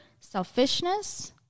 selfishness